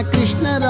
Krishna